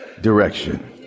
direction